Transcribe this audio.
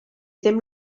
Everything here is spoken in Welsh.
ddim